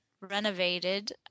renovated